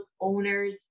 owners